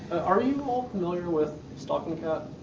are you all familiar with stalking cat?